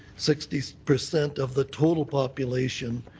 sixty percent of the total population.